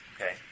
Okay